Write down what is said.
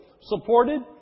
supported